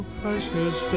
precious